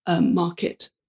market